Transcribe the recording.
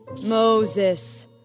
Moses